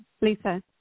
Lisa